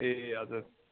ए हजुर